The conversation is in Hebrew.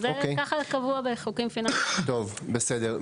טוב, בסדר.